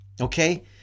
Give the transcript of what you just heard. okay